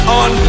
on